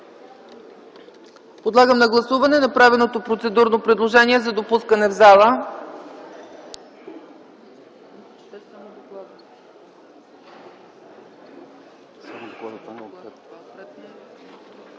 Подлагам на гласуване направеното процедурно предложение за допускане в залата.